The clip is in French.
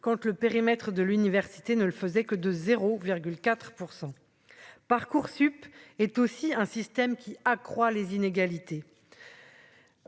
quand tu le périmètre de l'université ne le faisait que de 0 4 % Parcoursup est aussi un système qui accroît les inégalités,